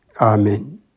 Amen